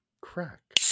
crack